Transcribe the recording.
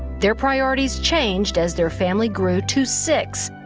their priorities changed as their family grew to six,